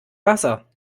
wasser